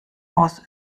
aus